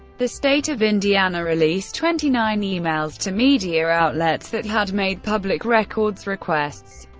the state of indiana released twenty nine emails to media outlets that had made public records requests,